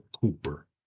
Cooper